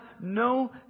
no